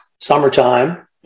summertime